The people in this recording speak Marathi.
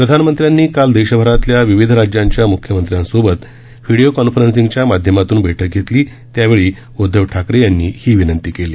प्रधानमंत्र्यांनी काल देशभरातल्या विविध राज्यांच्या म्ख्यमंत्र्यांसोबत व्हिडिओ कॉन्फरन्सिंगच्या माध्यमातून बैठक घेतली त्यावेळी उदधव ठाकरे यांनी ही विनंती केली